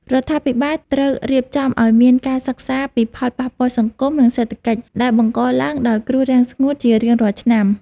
រដ្ឋាភិបាលត្រូវរៀបចំឱ្យមានការសិក្សាពីផលប៉ះពាល់សង្គម និងសេដ្ឋកិច្ចដែលបង្កឡើងដោយគ្រោះរាំងស្ងួតជារៀងរាល់ឆ្នាំ។